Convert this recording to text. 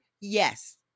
Yes